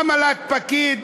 עמלת פקיד,